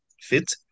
fit